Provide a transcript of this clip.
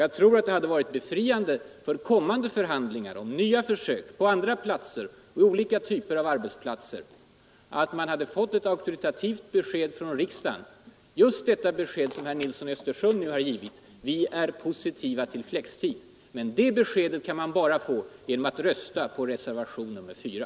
Jag tror att det hade varit befriande för kommande förhandlingar om försök på andra platser än Stockholm och i olika typer av arbetsplatser att man hade fått ett sådant besked från riksdagen som herr Nilsson i Östersund just har givit: Vi är positiva till flextid. Men det beskedet kan man bara få genom att rösta på reservationen 4.